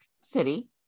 City